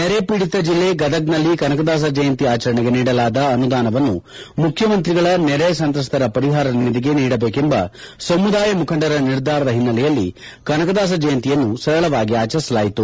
ನೆರೆ ಪೀಡಿತ ಜಿಲ್ಲೆ ಗದಗ್ನಲ್ಲಿ ಕನಕದಾಸ ಜಯಂತಿ ಆಚರಣೆಗೆ ನೀಡಲಾದ ಅನುದಾನವನ್ನು ಮುಖ್ಯಮಂತ್ರಿಗಳ ನೆರೆ ಸಂತ್ರಸ್ತರ ಪರಿಹಾರ ನಿಧಿಗೆ ನೀಡಬೇಕೆಂಬ ಸಮುದಾಯ ಮುಖಂಡರ ನಿರ್ಧಾರದ ಹಿನ್ನೆಲೆಯಲ್ಲಿ ಕನಕದಾಸ ಜಯಂತಿಯನ್ನು ಸರಳವಾಗಿ ಆಚರಿಸಲಾಯಿತು